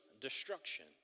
destruction